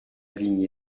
vigne